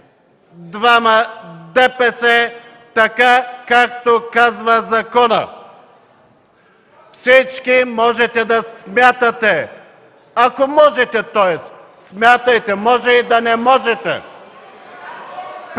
2 – ДПС, така, както казва законът. Всички можете да смятате. Ако можете, смятайте. Може и да не можете.